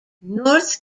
north